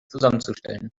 zusammenzustellen